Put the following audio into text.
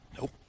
Nope